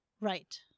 Right